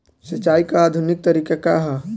सिंचाई क आधुनिक तरीका का ह?